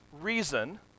reason